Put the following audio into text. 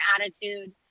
attitude